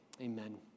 Amen